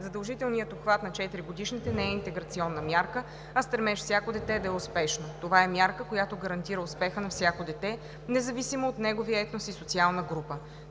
Задължителният обхват на 4-годишните не е интеграционна мярка, а стремеж всяко дете да е успешно. Това е мярка, която гарантира успеха на всяко дете, независимо от неговия етнос и социална група.